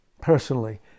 personally